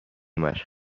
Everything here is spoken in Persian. مشق